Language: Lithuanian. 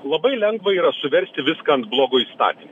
labai lengva yra suversti viską ant blogo įstatymo